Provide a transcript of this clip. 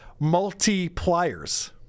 Multipliers